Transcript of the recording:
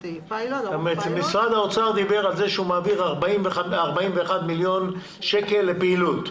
פיילוט --- משרד האוצר דיבר על זה שהוא מעביר 41 מיליון שקל לפעילות.